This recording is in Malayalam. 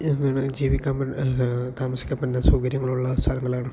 ആണ് ജീവിക്കാൻ താമസിക്കുക പിന്നെ സൗകര്യങ്ങളുള്ള സ്ഥലങ്ങളാണ്